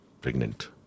pregnant